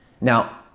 Now